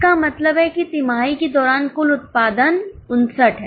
इसका मतलब है कि तिमाही के दौरान कुल उत्पादन 59 है